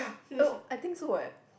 oh I think so eh